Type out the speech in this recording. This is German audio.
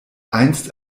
einst